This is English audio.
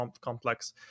complex